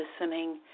listening